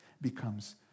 becomes